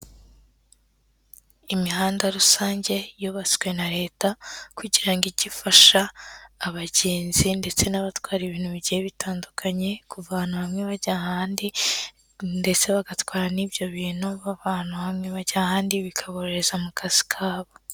Imihanda rusange yubatswe na leta kugira ngo igifasha abagenzi ndetse n'abatwara ibintu bigiye bitandukanye, kuva ahantu hamwe bajya ahandi ndetse bagatwara n'ibyo bintu bava ahantu hamwe bajya ahandi, bikaborohereza mu kazi kabo.